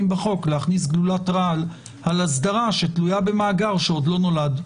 בהצעת החוק להכניס גלולת רעל על אסדרה שתלויה במאגר שעוד לא נולד.